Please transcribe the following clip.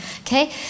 okay